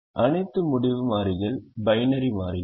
அனைத்து முடிவு மாறிகள் பைனரி மாறிகள்